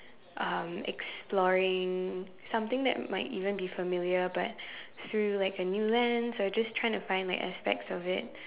um exploring something that might even be familiar but through like a new lens or just trying to find aspects of it